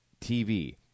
TV